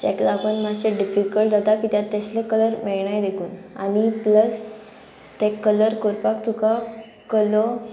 तेक लागोन मातशें डिफिकल्ट जाता कित्याक तेसले कलर मेळनाय देखून आनी प्लस ते कलर कोरपाक तुका कलो